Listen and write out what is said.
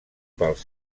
pels